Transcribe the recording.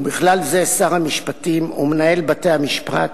ובכלל זה שר המשפטים ומנהל בתי-המשפט,